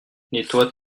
nettoie